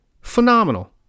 Phenomenal